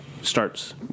starts